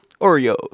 Oreos